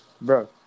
Bro